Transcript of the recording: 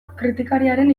kritikariaren